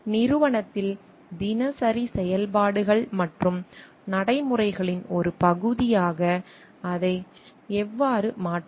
நிறுவனத்தில் தினசரி செயல்பாடுகள் மற்றும் நடைமுறைகளின் ஒரு பகுதியாக அதை எவ்வாறு மாற்றுவது